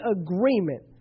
agreement